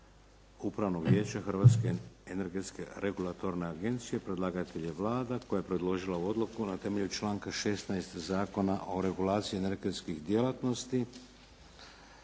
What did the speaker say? Upravnog vijeća Hrvatske energetske regulatorne agencije Predlagatelj: Vlada Republike Hrvatske Predlagatelj je Vlada koja je predložila ovu odluku na temelju članka 16. Zakona o regulaciji energetskih djelatnosti.